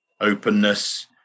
openness